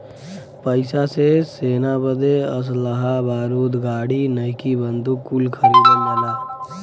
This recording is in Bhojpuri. पइसा से सेना बदे असलहा बारूद गाड़ी नईकी बंदूक कुल खरीदल जाला